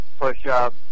push-up